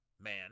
Man